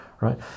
Right